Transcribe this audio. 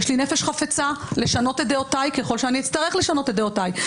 יש לי נפש חפצה לשנות את דעותיי,